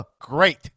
great